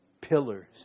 pillars